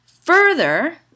Further